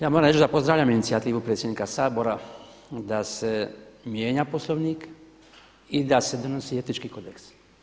Ja moram reći da pozdravljam inicijativu predsjednika Sabora da se mijenja Poslovnik i da se donosi Etički kodeks.